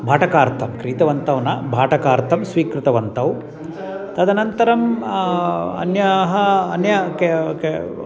भाटकार्थं क्रीतवन्तौ न भाटकार्थं स्वीकृतवन्तौ तदनन्तरम् अन्याः अन्या केव् केव्